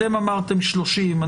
אתם אמרתם 30,